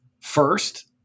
first